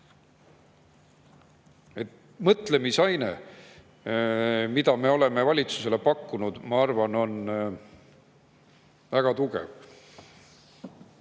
Mõtlemisaine, mida me oleme valitsusele pakkunud, on väga tugev